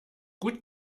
gut